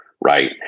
right